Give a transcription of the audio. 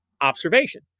observation